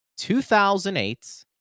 2008